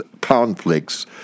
conflicts